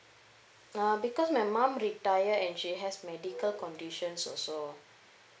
uh because my mom retired and she has medical conditions also